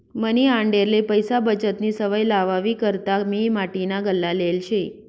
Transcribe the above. मनी आंडेरले पैसा बचतनी सवय लावावी करता मी माटीना गल्ला लेयेल शे